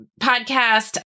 podcast